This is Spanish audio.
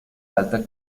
alta